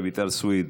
רויטל סויד,